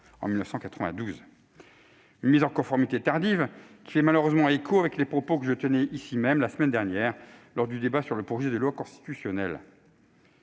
en 1992 ! Cette mise en conformité tardive fait malheureusement écho aux propos que je tenais ici même la semaine dernière, lors du débat sur le projet de loi constitutionnelle.